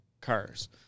cars